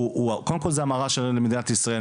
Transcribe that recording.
קודם כל זה המראה של מדינת ישראל.